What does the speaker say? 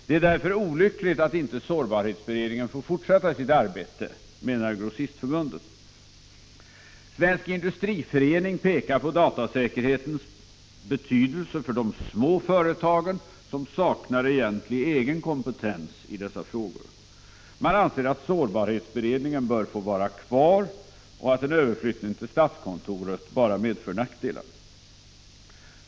Det är därför olyckligt att inte sårbarhetsberedningen får fortsätta sitt arbete, menar Grossistförbundet. Svensk Industriförening pekar på datasäkerhetens betydelse för de små företagen som saknar egentlig egen kompetens i dessa frågor. Man anser att sårbarhetsberedningen bör få vara kvar och att en överflyttning till statskontoret bara medför nackdelar.